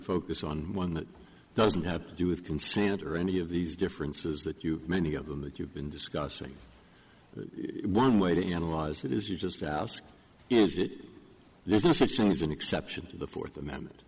focus on one that doesn't have to do with consent or any of these differences that you many of them that you've been discussing one way to analyze it is you just ask there's no such thing as an exception to the fourth amendment